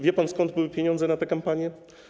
Wie pan, skąd były pieniądze na tę kampanię?